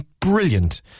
brilliant